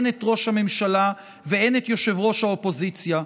הן את ראש הממשלה והן את יושב-ראש האופוזיציה.